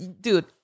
dude